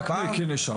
רק מיקי נשאר.